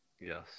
Yes